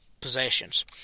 possessions